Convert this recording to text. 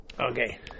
okay